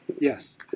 Yes